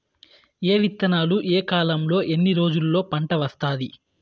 ఏ విత్తనాలు ఏ కాలంలో ఎన్ని రోజుల్లో పంట వస్తాది?